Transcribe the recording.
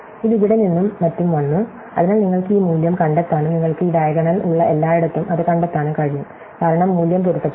ഇത് ഇവിടെ നിന്നും മറ്റും വന്നു അതിനാൽ നിങ്ങൾക്ക് ഈ മൂല്യം കണ്ടെത്താനും നിങ്ങൾക്ക് ഈ ഡയഗണൽ ഉള്ള എല്ലായിടത്തും അത് കണ്ടെത്താനും കഴിയും കാരണം മൂല്യം പൊരുത്തപ്പെടുന്നു